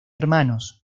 hermanos